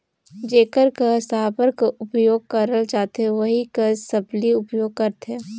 जेकर कस साबर कर उपियोग करल जाथे ओही कस सबली उपियोग करथे